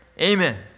Amen